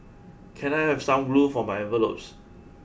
can I have some glue for my envelopes